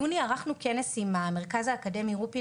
בחודש יוני האחרון ערכנו כנס עם המרכז האקדמי רופין